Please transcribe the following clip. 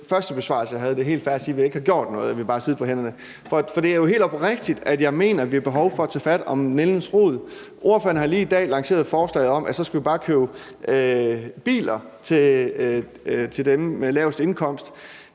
første besvarelse, jeg gav – at det er helt fair at sige, at vi ikke har gjort noget, og at vi bare har siddet på hænderne. For det er jo helt oprigtigt, når jeg siger, at jeg mener, at vi har behov for at tage fat om nældens rod. Ordføreren har lige i dag lanceret et forslag om, at vi så bare skulle købe biler til dem med de laveste indkomster.